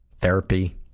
therapy